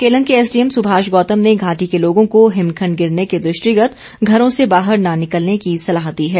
केलंग के एसडीएम सुभाष गौतम ने घाटी के लोगों को हिमखण्ड गिरने के दृष्टिगत लोगों को घरों से बाहर न निकलने की सलाह दी है